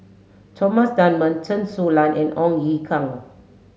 Thomas Dunman Chen Su Lan and Ong Ye Kung